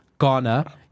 Ghana